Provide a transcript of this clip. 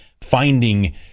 finding